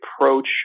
approach